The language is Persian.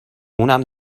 اونم